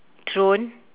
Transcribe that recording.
thrown